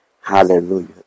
Hallelujah